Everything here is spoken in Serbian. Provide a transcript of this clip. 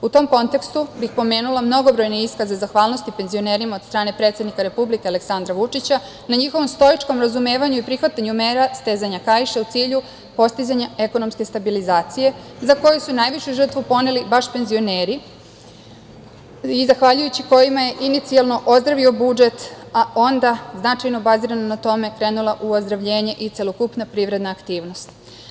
U tom kontekstu bih pomenula mnogobrojne iskaze zahvalnosti penzionerima od strane predsednika Republike Aleksandra Vučića na njihovom stoičkom razumevanju i prihvatanju mera stezanja kaiša u cilju postizanja ekonomske stabilizacije, za koju su najviše žrtve poneli baš penzioneri i zahvaljujući kojima je inicijalno ozdravio budžet, a onda značajno bazirano na tome, krenula u ozdravljenje i celokupna privredna aktivnost.